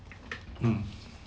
mm